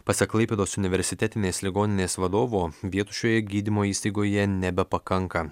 pasak klaipėdos universitetinės ligoninės vadovo vietų šioje gydymo įstaigoje nebepakanka